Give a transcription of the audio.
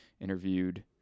interviewed